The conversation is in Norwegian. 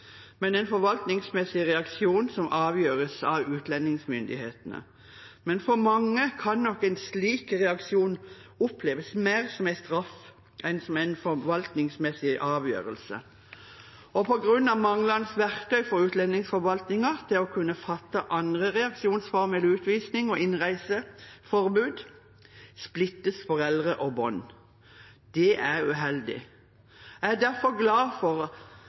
men en forvaltningsmessig reaksjon som avgjøres av utlendingsmyndighetene. For mange kan nok likevel en slik reaksjon oppleves mer som en straff enn som en forvaltningsmessig avgjørelse. På grunn av manglende verktøy for utlendingsforvaltningen til å kunne fatte andre reaksjonsformer enn utvisning og innreiseforbud splittes foreldre og barn. Det er uheldig. Jeg er derfor glad for